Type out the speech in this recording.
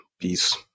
Peace